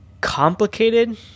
complicated